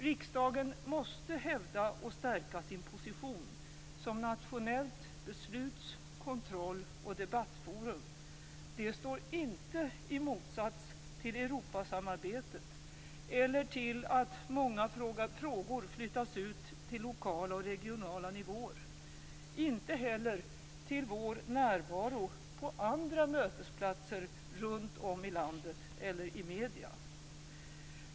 Riksdagen måste hävda och stärka sin position som nationellt besluts-, kontroll och debattforum. Det står inte i motsats till Europasamarbetet eller till att många frågor flyttas ut till lokala och regionala nivåer. Det står inte heller i motsats till vår närvaro på andra mötesplatser runt om i landet eller i medierna.